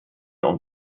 und